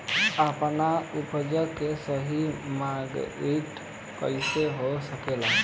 आपन उपज क सही मार्केटिंग कइसे हो सकेला?